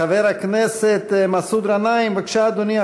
חבר הכנסת מסעוד גנאים, בבקשה, אדוני.